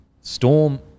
Storm